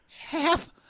half